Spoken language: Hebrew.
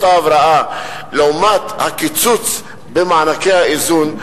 ההבראה לעומת הקיצוץ במענקי האיזון,